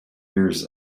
years